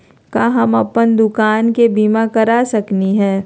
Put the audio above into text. का हम अप्पन दुकान के बीमा करा सकली हई?